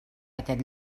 aquest